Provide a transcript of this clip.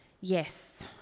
Yes